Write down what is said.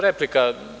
Replika.